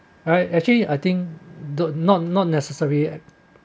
alright actually I think don't not not necessary